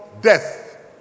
death